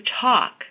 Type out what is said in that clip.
talk